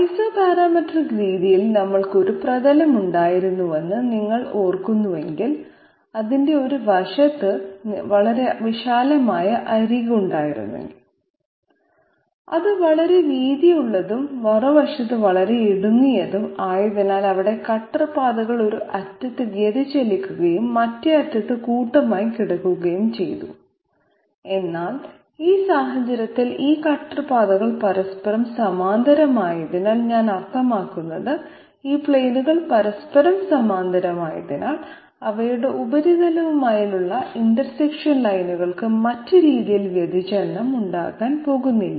isoparametric രീതിയിൽ നമ്മൾക്ക് ഒരു പ്രതലമുണ്ടായിരുന്നുവെന്ന് നിങ്ങൾ ഓർക്കുന്നുവെങ്കിൽ അതിന്റെ ഒരു വശത്ത് വളരെ വിശാലമായ അരികുണ്ടായിരുന്നു അത് വളരെ വീതിയുള്ളതും മറുവശത്ത് വളരെ ഇടുങ്ങിയതും ആയതിനാൽ അവിടെ കട്ടർ പാതകൾ ഒരു അറ്റത്ത് വ്യതിചലിക്കുകയും മറ്റേ അറ്റത്ത് കൂട്ടമായി കിടക്കുകയും ചെയ്തു എന്നാൽ ഈ സാഹചര്യത്തിൽ ഈ കട്ടർ പാതകൾ പരസ്പരം സമാന്തരമായതിനാൽ ഞാൻ അർത്ഥമാക്കുന്നത് ഈ പ്ലെയിനുകൾ പരസ്പരം സമാന്തരമായതിനാൽ അവയുടെ ഉപരിതലവുമായുള്ള ഇന്റർസെക്ഷൻ ലൈനുകൾക്ക് മറ്റു രീതിയിൽ വ്യതിചലനം ഉണ്ടാകാൻ പോകുന്നില്ല